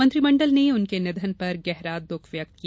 मंत्रिमंडल ने उनके निधन पर गहरा दुख व्यक्त किया